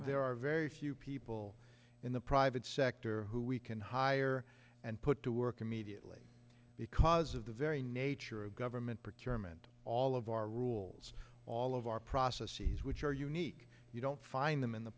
there are very few people in the private sector who we can hire and put to work immediately because of the very nature of government perturbing meant all of our rules all of our processes which are unique you don't find them in the